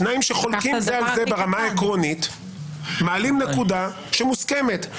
שניים שחולקים זה על זה ברמה העקרונית מעלים נקודה שמוסכמת.